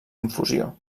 infusió